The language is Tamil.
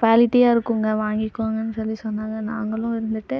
குவாலிட்டியாக இருக்குதுங்க வாங்கிக்கோங்கன்னு சொல்லி சொன்னாங்க நாங்களும் வந்துட்டு